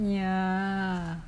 ya